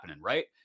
right